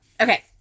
Okay